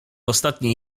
ostatniej